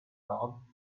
locked